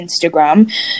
Instagram